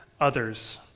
others